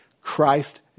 Christ